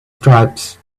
stripes